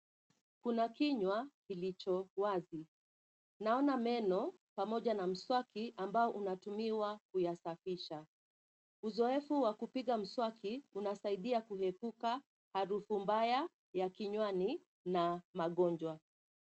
Kuna kinywa kilicho wazi. Naona meno pamoja na maswaki ambao unatumiwa kuyasafisha. Uzoefu wa kupiga maswaki unasaidia kuepuka harufu mbaya ya kinywani na magonjwa.